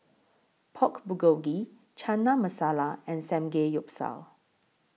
Pork Bulgogi Chana Masala and Samgeyopsal